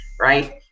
right